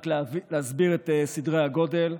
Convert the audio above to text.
רק להסביר את סדרי הגודל,